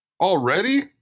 Already